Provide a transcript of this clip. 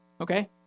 Okay